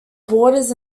boarders